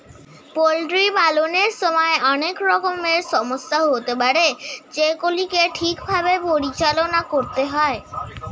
poultry পালনের সময় অনেক রকমের সমস্যা হতে পারে যেগুলিকে ঠিক ভাবে পরিচালনা করতে হয়